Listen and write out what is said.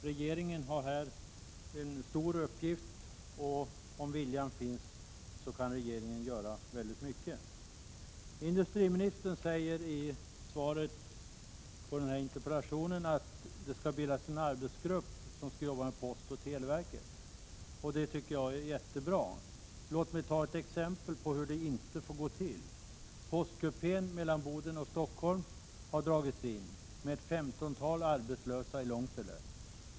Regeringen har här en stor uppgift, och om viljan finns kan regeringen göra mycket. Industriministern säger i svaret på interpellationen att det skall bildas en arbetsgrupp som skall jobba med posten och televerket. Det tycker jag är jättebra. Låt mig ta ett exempel på hur det inte får gå till. Postkupén mellan Boden och Stockholm har dragits in, med ett femtontal arbetslösa i Långsele som följd.